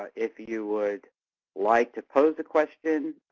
if you would like to pose a question,